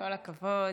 כל הכבוד.